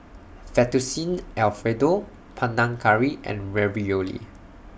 Fettuccine Alfredo Panang Curry and Ravioli